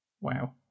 Wow